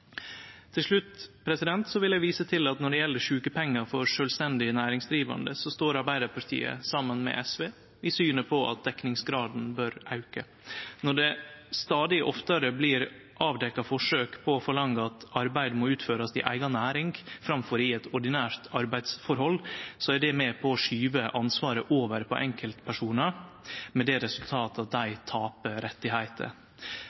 vil eg vise til at når det gjeld sjukepengar for sjølvstendig næringsdrivande, står Arbeidarpartiet saman med SV i synet på at dekningsgraden bør auke. Når det stadig oftare blir avdekt forsøk på å forlange at arbeidet må utførast i eiga næring framfor i eit ordinært arbeidsforhold, er det med på å skyve ansvaret over på enkeltpersonar, med det resultatet at